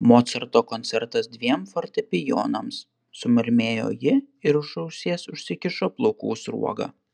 mocarto koncertas dviem fortepijonams sumurmėjo ji ir už ausies užsikišo plaukų sruogą